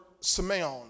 simeon